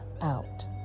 out